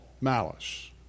malice